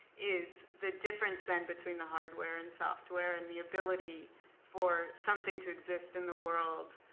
is the difference, then, between the hardware and software, and the ability for something to exist in the world